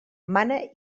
mane